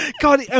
God